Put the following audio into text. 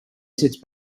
sits